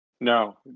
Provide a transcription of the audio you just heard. No